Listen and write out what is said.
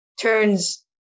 turns